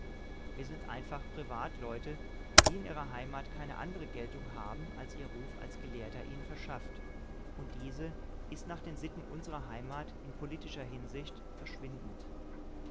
wir sind einfache privatleute die in ihrer heimat keine andere geltung haben als ihr ruf als gelehrter ihnen verschafft und diese ist nach den sitten unsrer heimat in politischer hinsicht verschwindend